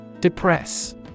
Depress